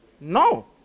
No